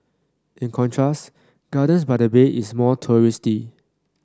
in contrast gardens by the bay is more touristy